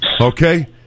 Okay